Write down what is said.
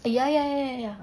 ya ya ya ya ya